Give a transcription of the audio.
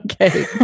Okay